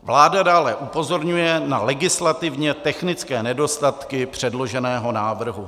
Vláda dále upozorňuje na legislativně technické nedostatky předloženého návrhu.